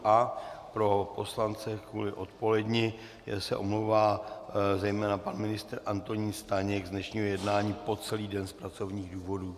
A pro poslance kvůli odpoledni se omlouvá zejména pan ministr Antonín Staněk z dnešního jednání po celý den z pracovních důvodů.